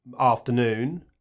afternoon